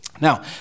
Now